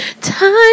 time